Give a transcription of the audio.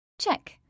Check